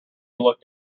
looked